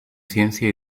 ciencia